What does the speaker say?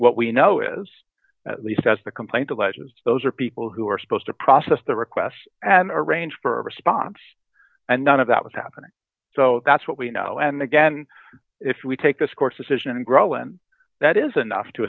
what we know is at least as the complaint alleges those are people who are supposed to process the requests and arrange for a response and none of that was happening so that's what we know and again if we take this course decision and grow and that is enough to